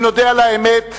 אם נודה על האמת,